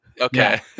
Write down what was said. Okay